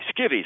skivvies